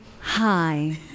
hi